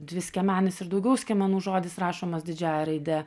dviskiemenis ir daugiau skiemenų žodis rašomas didžiąja raide